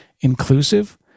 inclusive